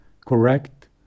correct